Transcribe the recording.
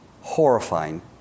horrifying